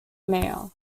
mayor